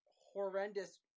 horrendous